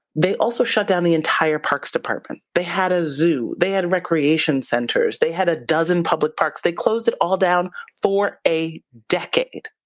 they also shut down the entire parks department. they had a zoo, they had recreation centers, they had a dozen public parks. they closed it all down for a decade,